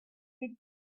with